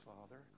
Father